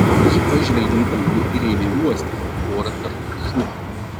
ji pažvelgė į dangų ir ėmė uosti orą tartum šuo